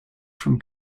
from